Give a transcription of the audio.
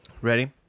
Ready